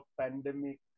pandemic